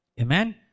Amen